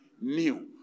new